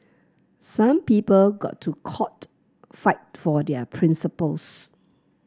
some people go to court fight for their principles